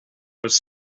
was